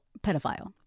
pedophile